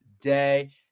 day